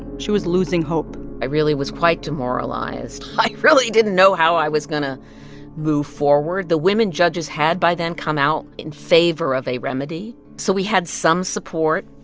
she was losing hope i really was quite demoralized. i really didn't know how i was going to move forward. the women judges had by then come out in favor of a remedy. so we had some support.